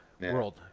world